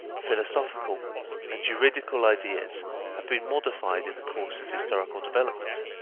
philosophical and juridical ideas have been modified in the course of historical development.